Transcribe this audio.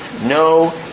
No